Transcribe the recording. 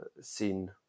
seen